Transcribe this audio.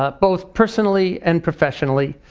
ah both personally and professionally.